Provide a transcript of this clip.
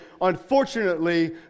unfortunately